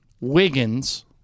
Wiggins